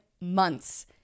months